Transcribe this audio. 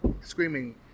screaming